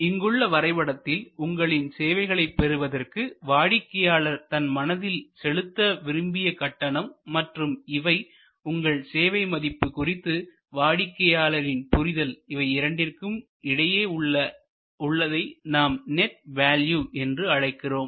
இங்கு உள்ள வரைபடத்தில் உங்களின் சேவைகளைப் பெறுவதற்கு வாடிக்கையாளர் தன் மனதில் செலுத்த விரும்பிய கட்டணம் மற்றும் இவை உங்கள் சேவை மதிப்பு குறித்து வாடிக்கையாளரின் புரிதல் இவை இரண்டிற்கும் இடையே உள்ளதை நாம் நெட் வேல்யூ என்று அழைக்கிறோம்